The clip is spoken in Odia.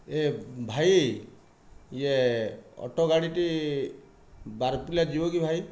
ଏ ଭାଇ ୟେ ଅଟୋ ଗାଡ଼ିଟି ବାରପଲିଆ ଯିବକି ଭାଇ